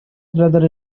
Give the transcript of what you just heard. brothers